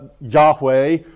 Yahweh